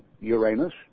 Uranus